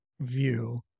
view